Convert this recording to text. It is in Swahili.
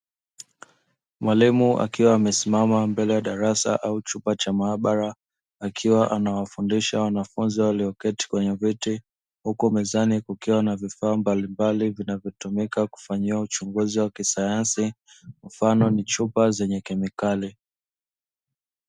Mwalimu akiwa amesimama mbele ya darasa au chumba cha maabara, akiwa anawafundisha wanafunzi walio keti kwenye viti, huku mezani kukiwa na vifaa mbalimbali vinavyo tumika kufanyia uchunguzi wa kisayansi mfano ni chupa zenye kemikali.